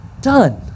done